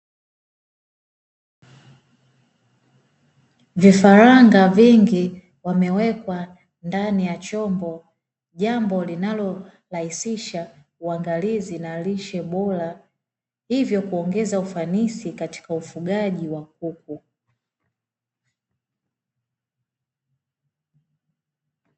Vifaranga vingi wamewekwa ndani ya chombo, jambo linalorahisisha waangalizi na lishe bora hivyo kuongeza ufanisi katika ufugaji wa kuku